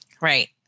Right